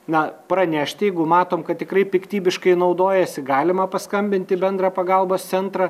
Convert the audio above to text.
na pranešt jeigu matom kad tikrai piktybiškai naudojasi galima paskambint į bendrą pagalbos centrą